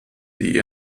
die